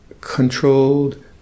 controlled